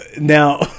Now